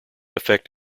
effect